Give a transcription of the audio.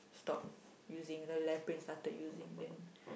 stop using the left brain started using then